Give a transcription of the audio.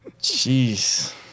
jeez